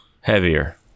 heavier